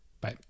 Bye